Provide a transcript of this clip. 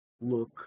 look